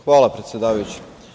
Hvala, predsedavajući.